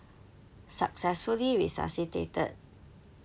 successfully resuscitated